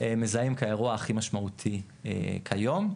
מזהים כאירוע הכי משמעותי כיום.